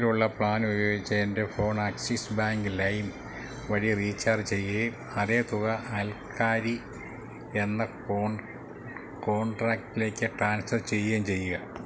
നിലവിലുള്ള പ്ലാനുപയോഗിച്ച് എൻ്റെ ഫോൺ ആക്സിസ് ബാങ്ക് ലൈം വഴി റീചാർജ് ചെയ്യുകയും അതേ തുക അയൽക്കാരി എന്ന കോൺടാക്റ്റിലേക്ക് ട്രാൻസ്ഫർ ചെയ്യുകയും ചെയ്യുക